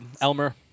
Elmer